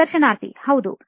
ಸಂದರ್ಶನಾರ್ಥಿ ಹೌದು